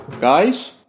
Guys